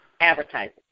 advertising